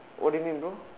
what do you mean bro